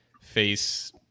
face